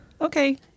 Okay